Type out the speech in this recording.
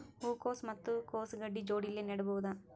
ಹೂ ಕೊಸು ಮತ್ ಕೊಸ ಗಡ್ಡಿ ಜೋಡಿಲ್ಲೆ ನೇಡಬಹ್ದ?